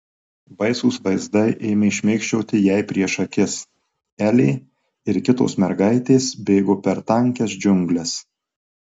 baisūs vaizdai ėmė šmėkščioti jai prieš akis elė ir kitos mergaitės bėgo per tankias džiungles